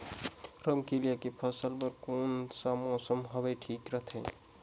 रमकेलिया के फसल बार कोन सा मौसम हवे ठीक रथे?